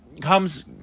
comes